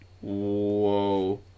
whoa